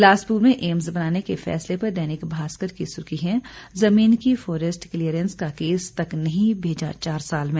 बिलासपुर में एम्स बनाने के फैसले पर दैनिक भास्कर की सुर्खी है जमीन की फोरेस्ट क्लीयरेंस का केस तक नहीं भेजा चार साल में